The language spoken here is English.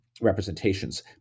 representations